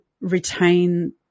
retain